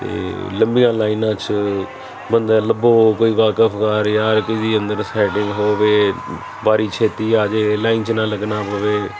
ਤੇ ਲੰਬੀਆਂ ਲਾਈਨਾਂ 'ਚ ਬੰਦੇ ਲੱਭੋ ਕੋਈ ਵਾਕਫ਼ ਬਾਹਰ ਯਾਰ ਜਿਹਦੀ ਅੰਦਰ ਸੈਟਿੰਗ ਹੋਵੇ ਵਾਰੀ ਛੇਤੀ ਆ ਜਾਏ ਲਾਈਨ 'ਚ ਨਾ ਲੱਗਣਾ ਪਵੇ